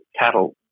cattle